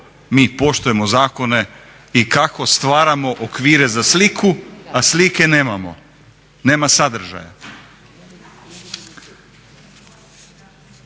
mi poštujemo zakone i kako stvaramo okvire za sliku, a slike nemamo, nema sadržaja.